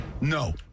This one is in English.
No